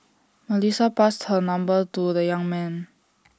Melissa passed her number to the young man